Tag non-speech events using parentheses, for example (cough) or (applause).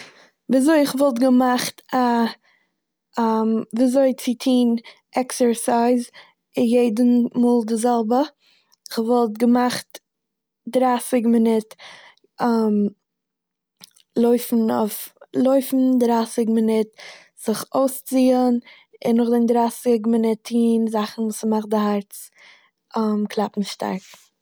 (noise) וויזוי כ'וואלט געמאכט א (hesitation) וויזוי צו טוהן עקסערסייז, און יעדע מאל די זעלבע. כ'וואלט געמאכט דרייסיג מונוט (hesitation) לויפן אויף- לויפן דרייסיג מונוט, זיך אויסציען און נאכדעם דרייסיג מונוט טוהן זאכן וואס ס'מאכט די הארץ (hesitation) קלאפן שטארק.